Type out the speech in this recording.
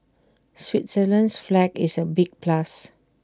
Switzerland's flag is A big plus